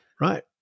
right